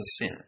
sin